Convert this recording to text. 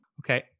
Okay